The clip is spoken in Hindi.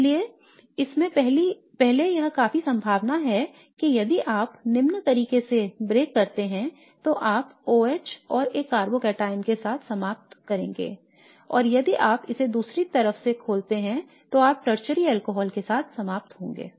लेकिन इससे पहले यह काफी संभावना है कि यदि आप निम्न तरीके से ब्रेक करते हैं तो आप OH और एक कार्बोकैटायन के साथ समाप्त होंगे और यदि आप इसे दूसरी तरफ से खोलते हैं तो आप टर्शरी अल्कोहल के साथ समाप्त होंगे